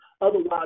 Otherwise